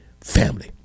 family